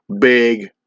big